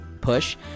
push